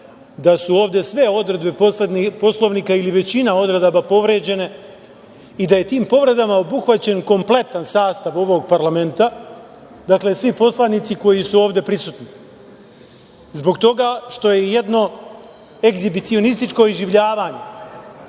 da su ovde sve odredbe Poslovnika ili većina odredaba povređena i da je tim povredama obuhvaćen kompletan sastav ovog parlamenta. Dakle, svi poslanici koji su ovde prisutni, a zbog toga što je jedno egzibicionističko iživljavanje,